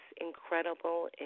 incredible